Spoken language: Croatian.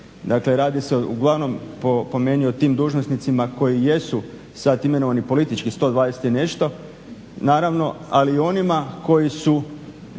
Dakle, radi se uglavnom po meni o tim dužnosnicima koji jesu sad imenovani politički 120 i nešto. Naravno, ali i onima koji su